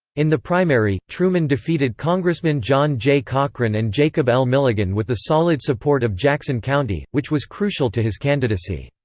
in the primary, truman defeated congressmen john j. cochran and jacob l. milligan with the solid support of jackson county, which was crucial to his candidacy.